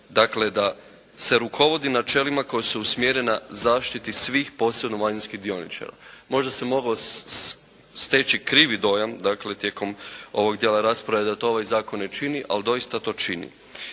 je da se rukovodi načelima koji su usmjerena zaštiti svih posebno manjinskih dioničara. Možda se mogao steći krivi dojam dakle tijekom ovog dijela rasprave da ovaj Zakon to ne čini ali doista to čini.